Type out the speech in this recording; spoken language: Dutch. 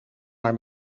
maar